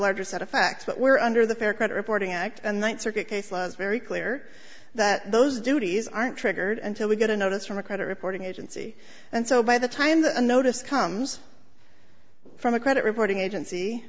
larger set of facts what we're under the fair credit reporting act and one circuit case law is very clear that those duties aren't triggered until we get a notice from a credit reporting agency and so by the time the notice comes from a credit reporting agency